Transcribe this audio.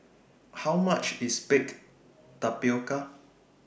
How much IS Baked Tapioca